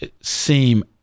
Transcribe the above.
seem